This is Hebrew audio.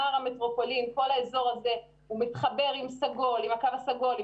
היא מתחבר עלה קו הסגול,